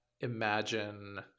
imagine